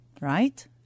right